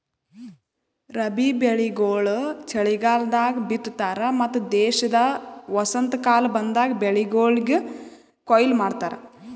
ರಬ್ಬಿ ಬೆಳಿಗೊಳ್ ಚಲಿಗಾಲದಾಗ್ ಬಿತ್ತತಾರ್ ಮತ್ತ ದೇಶದ ವಸಂತಕಾಲ ಬಂದಾಗ್ ಬೆಳಿಗೊಳಿಗ್ ಕೊಯ್ಲಿ ಮಾಡ್ತಾರ್